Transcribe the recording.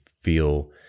feel